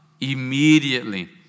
Immediately